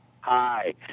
Hi